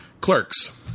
Clerks